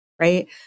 right